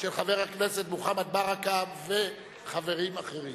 של חבר הכנסת מוחמד ברכה וחברים אחרים.